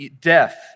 death